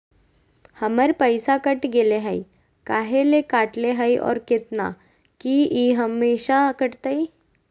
हमर पैसा कट गेलै हैं, काहे ले काटले है और कितना, की ई हमेसा कटतय?